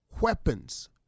weapons